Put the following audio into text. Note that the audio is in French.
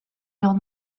leurs